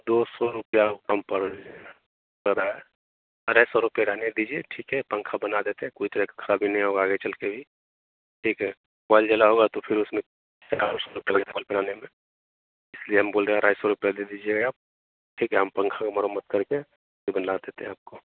दो सौ रुपया कम पड़ेगा अढाय अढाय सौ रुपया रहने दीजिये ठीक है पंखा बना देते हैं कोई खराबी नहीं होगा आगे चल के ठीक है कोइल जल होगा तो फिर उसमें में इसलिये हम बोल रहे हैं ढ़ाई सौ रुपया दे दीजियेगा ठीक है हम पंखा मरम्मत करके बदला देते हैं आपको